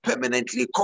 Permanently